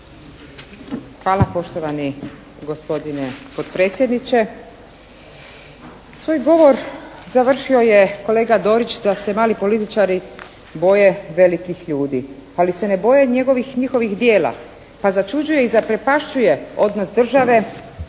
Hvala poštovani gospodine potpredsjedniče. Svoj govor završio je kolega Dorić da se mali političari boje velikih ljudi, ali se ne boje njihovih djela pa začuđuje i zaprepašćuje odnos države